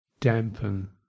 dampen